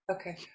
Okay